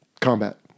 combat